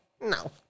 No